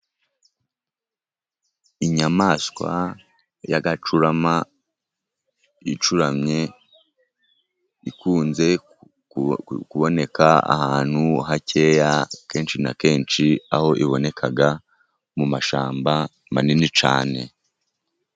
Inyamaswa y'agacurama icuramye, ikunze kuboneka ahantu hakeya. Kenshi na kenshi aho iboneka ni mu mashyamba manini cyane